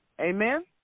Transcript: Amen